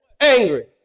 Angry